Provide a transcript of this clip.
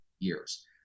years